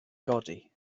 godi